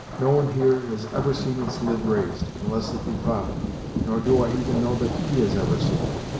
no one here has ever seen its lid raised, unless it be father nor do i even know that he has ever seen it.